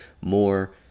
more